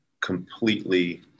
completely